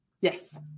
Yes